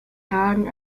hagen